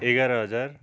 एघार हजार